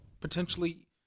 potentially